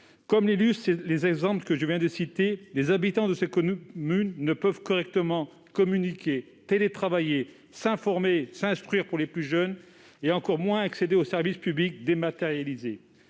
Comme l'illustrent les exemples que je viens de citer, les habitants de ces communes ne peuvent ni communiquer, ni télétravailler, ni s'informer, ni s'instruire - je pense aux plus jeunes -, ni accéder aux services publics dématérialisés.